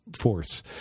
force